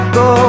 go